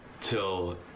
till